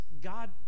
God